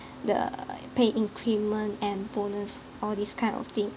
the pay increment and bonus all this kind of thing